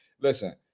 listen